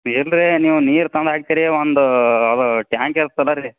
ಇಲ್ಲ ರೀ ನೀವು ನೀರು ತಗೊಂಡೋಗಿ ಹಾಕ್ತೀರಿ ಒಂದು ಅದು ಟ್ಯಾಂಕ್ ಇರುತ್ತಲ್ಲ ರೀ